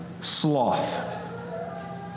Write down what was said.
sloth